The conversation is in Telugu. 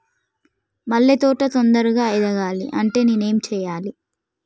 మల్లె తోట తొందరగా ఎదగాలి అంటే నేను ఏం చేయాలి?